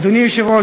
אדוני היושב-ראש,